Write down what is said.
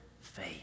faith